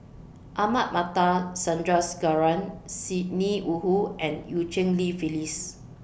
Ahmad Mattar Sandrasegaran Sidney Woodhull and EU Cheng Li Phyllis